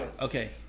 Okay